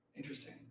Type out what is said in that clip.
Interesting